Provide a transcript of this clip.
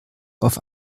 auf